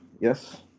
yes